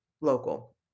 local